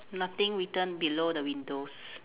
nothing written below the windows